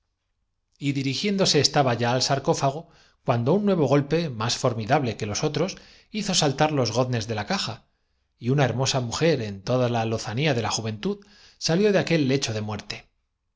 y dirigiéndose estaba ya al sarcófago cuando un nuevo golpe más formidable que los otros hizo saltar los goznes de la caja y una hermosa mujer en toda la lozanía de la juventud salió de aquel lecho de muerte